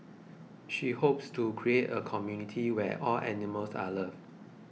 she hopes to create a community where all animals are loved